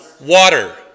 Water